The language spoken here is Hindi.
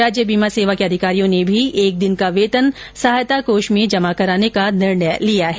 राज्य बीमा सेवा के अधिकारियों ने भी एक दिन का वेतन सहायता कोष में जमा कराने का निर्णय लिया है